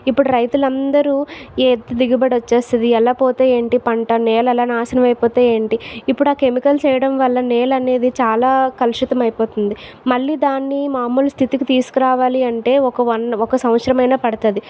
ఇప్పుడు రైతులందరూ దిగుబడి వచ్చేస్తుంది ఎలా పోతే ఏంటి పంట నేల ఎలా నాశనం అయిపోతే ఏంటి ఇప్పుడు ఆ కెమికల్స్ వేయడం నేల అనేది చాలా కలుషితం అయిపోతుంది మళ్ళీ దాన్ని మామూలు స్థితికి తీసుకురావాలి అంటే ఒక వన్ ఒక సంవత్సరం అయినా పడతుంది